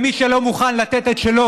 אתה תוסיף לי